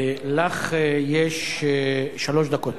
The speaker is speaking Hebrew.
לך יש שלוש דקות.